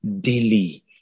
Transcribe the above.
daily